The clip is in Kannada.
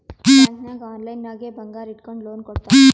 ಬ್ಯಾಂಕ್ ನಾಗ್ ಆನ್ಲೈನ್ ನಾಗೆ ಬಂಗಾರ್ ಇಟ್ಗೊಂಡು ಲೋನ್ ಕೊಡ್ತಾರ್